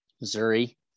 Missouri